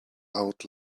out